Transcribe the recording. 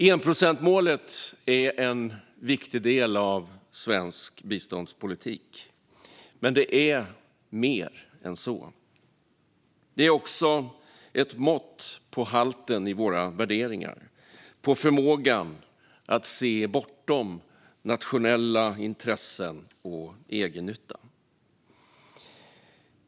Enprocentsmålet är en viktig del av svensk biståndspolitik, men det är mer än så. Det är också ett mått på halten i våra värderingar - på förmågan att se bortom nationella intressen och egennytta.